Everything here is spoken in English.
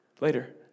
later